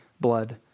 blood